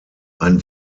ein